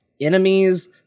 enemies